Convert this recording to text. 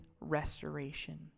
restoration